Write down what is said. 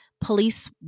police